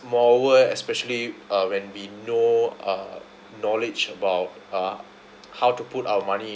moreover especially uh when we know uh knowledge about uh how to put our money